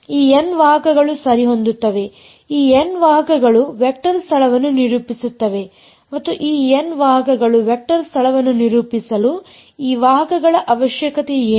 ಈ N ವಾಹಕಗಳು ಸರಿಹೊಂದುತ್ತವೆ ಈ N ವಾಹಕಗಳು ವೆಕ್ಟರ್ ಸ್ಥಳವನ್ನು ನಿರೂಪಿಸುತ್ತವೆ ಮತ್ತು ಈ n ವಾಹಕಗಳು ವೆಕ್ಟರ್ ಸ್ಥಳವನ್ನು ನಿರೂಪಿಸಲು ಈ ವಾಹಕಗಳ ಅವಶ್ಯಕತೆ ಏನು